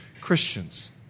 Christians